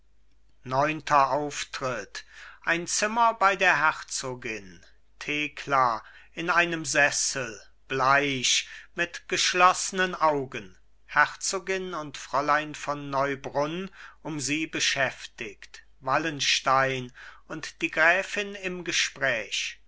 neunter auftritt ein zimmer bei der herzogin thekla in einem sessel bleich mit geschloßnen augen herzogin und fräulein von neubrunn um sie beschäftigt wallenstein und die gräfin im gespräch